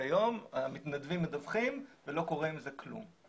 כיום המתנדבים מדווחים ולא קורה עם זה כלום.